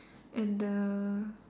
at the